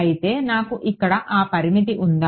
అయితే నాకు ఇక్కడ ఆ పరిమితి ఉందా